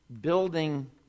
building